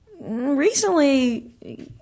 recently